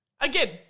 Again